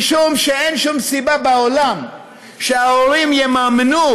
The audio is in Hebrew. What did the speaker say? משום שאין שום סיבה בעולם שההורים יממנו,